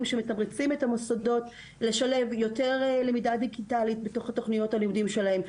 שמתמרצים את המוסדות לשלב יותר למידה דיגיטלית בתוך תוכניות הלימודים שלהם,